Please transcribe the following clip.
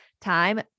time